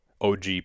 OG